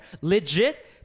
legit